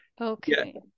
Okay